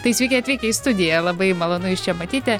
tai sveiki atvykę į studiją labai malonu jus čia matyti